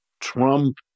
Trump